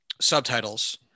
subtitles